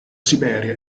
siberia